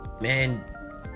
man